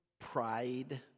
pride